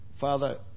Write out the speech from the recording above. Father